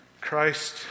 Christ